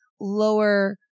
lower